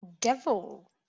Devil